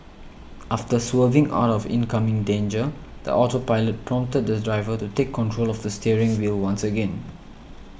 after swerving out of incoming danger the autopilot prompted the driver to take control of the steering wheel once again